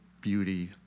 beauty